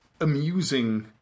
amusing